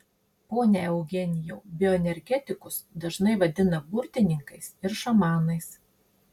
pone eugenijau bioenergetikus dažnai vadina burtininkais ir šamanais